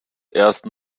erst